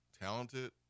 talented